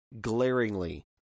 glaringly